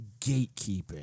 gatekeeping